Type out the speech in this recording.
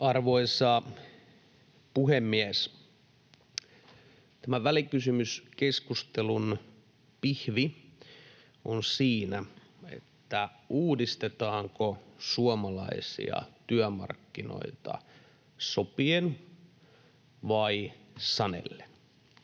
Arvoisa puhemies! Tämän välikysymyskeskustelun pihvi on siinä, että uudistetaanko suomalaisia työmarkkinoita sopien vai sanellen